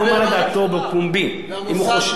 ראש השב"כ מודיע לממשלה והמוסד, מול הממשלה.